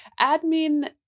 admin